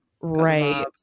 Right